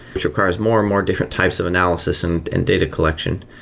which requires more and more different types of analysis and and data collection,